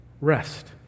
rest